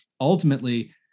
ultimately